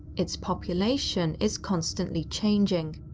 its population is constantly changing.